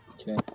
Okay